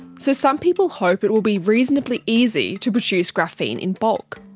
so some people hope it will be reasonably easy to produce graphene in bulk.